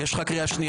יש לך קריאה שנייה.